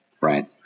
Right